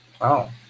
Wow